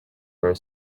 her